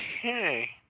Okay